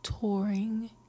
touring